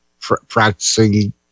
practicing